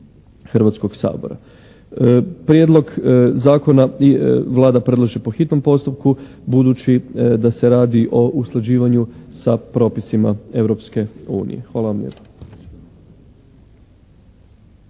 Hrvatskog sabora. Prijedlog zakona Vlada predlaže po hitnom postupku budući da se radi o usklađivanju sa propisima Europske unije. Hvala vam lijepa.